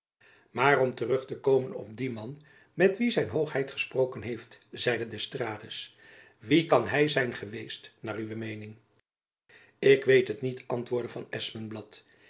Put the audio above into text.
om terug te komen op dien man met wien zijn hoogheid gesproken heeft zeide d'estrades wie kan hy zijn geweest naar uwe meening ik weet het niet antwoordde van